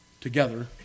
together